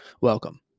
welcome